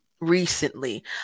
recently